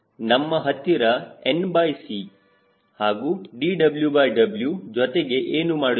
ನಮ್ಮ ಹತ್ತಿರ nC ಇದೆ ಹಾಗೂ dWW ಜೊತೆಗೆ ಏನು ಮಾಡಿದ್ದೇವೆ